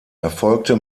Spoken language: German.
erfolgte